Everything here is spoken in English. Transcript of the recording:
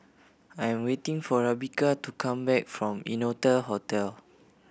I am waiting for Rebekah to come back from Innotel Hotel